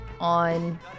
on